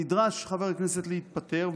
נדרש חבר הכנסת להתפטר,